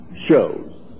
shows